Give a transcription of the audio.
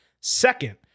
Second